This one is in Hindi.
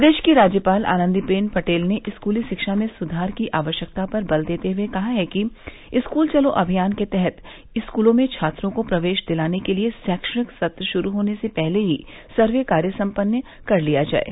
प्रदेश की राज्यपाल आनंदीबेन पटेल ने स्कूली शिक्षा में सुधार की आवश्यकता पर बल देते हए कहा है कि स्कूल चलो अभियान के तहत स्कूलों में छात्रों को प्रवेश दिलाने के लिये रैक्षणिक सत्र श्रू होने से पहले ही सर्वे कार्य सम्पन्न कर लिया जाये